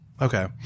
okay